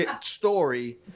story